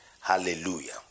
Hallelujah